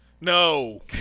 No